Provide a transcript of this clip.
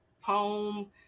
poem